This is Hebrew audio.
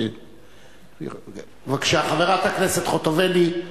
בבקשה, חברת הכנסת חוטובלי.